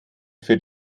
für